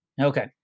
Okay